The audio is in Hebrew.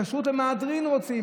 כשרות למהדרין רוצים,